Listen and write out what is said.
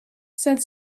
said